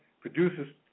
produces